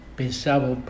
pensavo